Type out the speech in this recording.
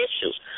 issues